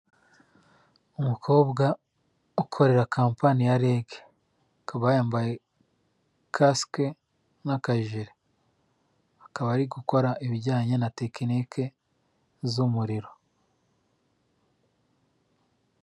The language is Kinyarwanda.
Umukobwa ukorera kamanyi ya rege akaba yambaye kasike n'akajire akaba ari gukora ibijyanye na tekiniike z'umuriro.